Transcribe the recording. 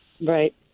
Right